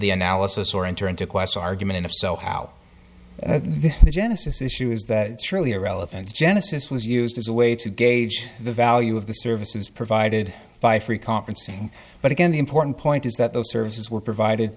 the analysis or enter into qwest argument if so how the genesis issue is that it's really irrelevant genesis was used as a way to gauge the value of the services provided by free conferencing but again the important point is that those services were provided